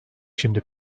şimdi